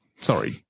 Sorry